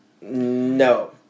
No